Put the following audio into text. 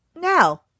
Now